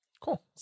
Cool